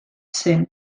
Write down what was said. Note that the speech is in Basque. zen